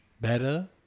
better